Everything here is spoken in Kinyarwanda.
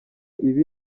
ibi